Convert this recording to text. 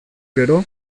gero